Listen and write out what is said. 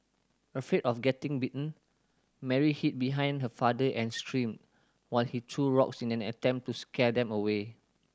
afraid of getting bitten Mary hid behind her father and screamed while he threw rocks in an attempt to scare them away